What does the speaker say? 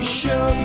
show